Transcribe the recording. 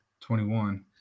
21